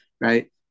right